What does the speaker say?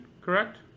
Correct